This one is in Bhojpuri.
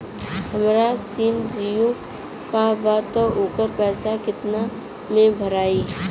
हमार सिम जीओ का बा त ओकर पैसा कितना मे भराई?